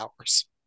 hours